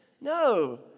No